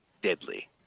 deadly